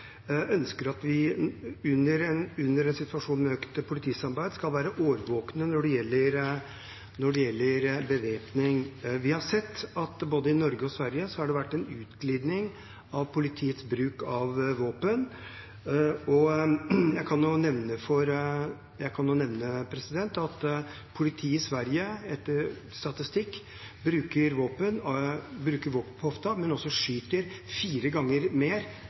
vi i en situasjon med økt politisamarbeid skal være årvåkne når det gjelder bevæpning. Vi har sett at det både i Norge og Sverige har vært en utglidning av politiets bruk av våpen. Jeg kan jo nevne at politiet i Sverige, etter statistikk, bruker våpen på hofta og også skyter fire ganger mer